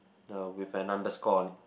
uh with an underscore on it